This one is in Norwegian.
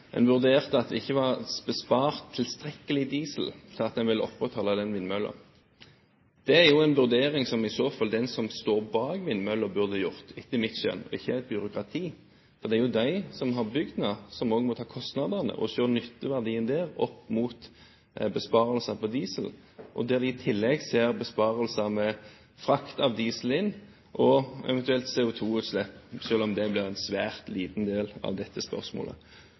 en vurderte det slik at det ikke var spart tilstrekkelig diesel til at en ville opprettholde den vindmøllen. Det er jo en vurdering som etter mitt skjønn i så fall den som står bak vindmøllen, burde gjort, og ikke et byråkrati. For det er jo de som har bygd den, som også må ta kostnadene og se nytteverdien opp mot besparelser på diesel. I tillegg ser de besparelser med frakt av diesel inn, og eventuelt CO2-utslipp – selv om det blir en svært liten del av dette spørsmålet.